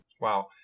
Wow